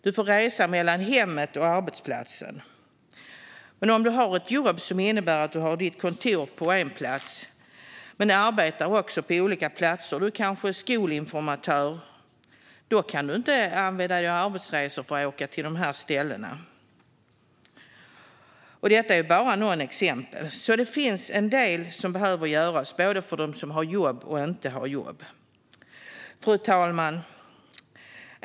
Du får resa mellan hemmet och arbetsplatsen, men om du har ett jobb som innebär att du har ditt kontor på en plats men också arbetar på olika andra platser - till exempel om du är skolinformatör - kan du inte använda dig av arbetsresor för att åka till dessa platser. Detta är bara några exempel. Det finns alltså en del som behöver göras, både för dem som har jobb och för dem som inte har jobb. Fru talman!